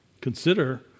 consider